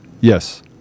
yes